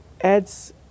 adds